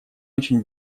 очень